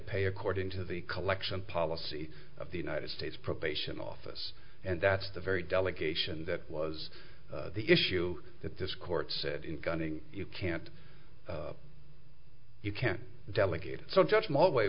pay according to the collection policy of the united states probation office and that's the very delegation that was the issue that this court said in gunning you can't you can delegate so just mo